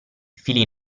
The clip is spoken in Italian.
fili